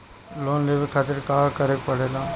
Loan लेवे के खातिर का करे के पड़ेला?